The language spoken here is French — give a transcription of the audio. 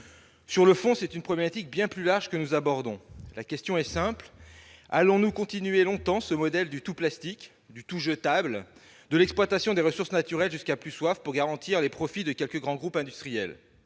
Sur le fond, c'est une problématique bien plus large que nous abordons. La question est simple : allons-nous continuer longtemps à appliquer ce modèle du tout-plastique, du tout-jetable et de l'exploitation des ressources naturelles jusqu'à plus soif, pour garantir les profits de quelques grands groupes industriels ?